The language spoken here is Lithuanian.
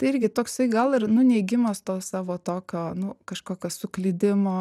tai irgi toksai gal ir nu neigimas to savo tokio nu kažkokio suklydimo